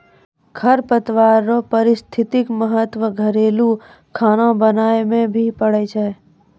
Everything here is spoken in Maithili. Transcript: खरपतवार रो पारिस्थितिक महत्व घरेलू खाना बनाय मे भी पड़ै छै